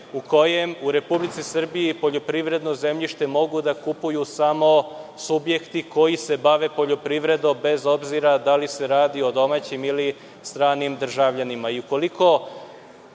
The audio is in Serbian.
u kojem u Republici Srbiji poljoprivredno zemljište mogu da kupuju samo subjekti koji se bave poljoprivredom, bez obzira da li se radi o domaćim ili o stranim državljanima. Ukoliko